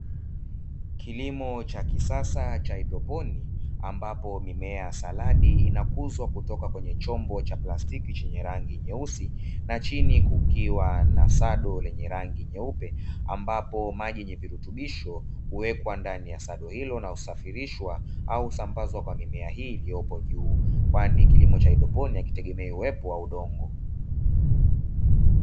Kilimo cha kisasa cha haidroponi ambapo mimea ya saladi inakuzwa kutoka kwenye chombo cha plastiki chenye rangi nyeusi, na chini kukiwa na sado lenye rangi nyeupe ambapo maji yenye virutubisho huwekwa ndani ya sado hilo na husafirishwa au husambazwa kwa mimea hii iliyopo juu, kwani kilimo cha haidroponi hakitegemei uwepo wa udongo.